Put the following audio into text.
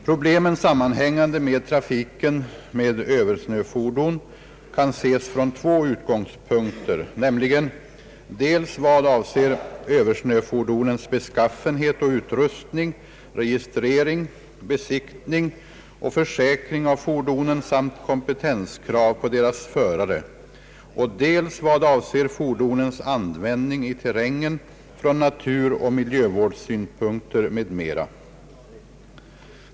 Problemen sammanhängande med trafiken med Ööversnöfordon kan ses från två utgångspunkter, nämligen dels vad avser översnöfordonens beskaffenhet och utrustning, registrering, besiktning och försäkring av fordonen samt kompetenskrav på deras förare, dels vad avser fordonens användning i terrängen från naturoch miljövårdssynpunkter m.m.